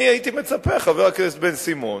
אני הייתי מצפה, חבר הכנסת בן-סימון,